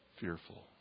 Fearful